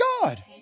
God